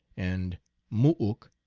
and moo-uk,